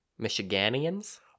Michiganians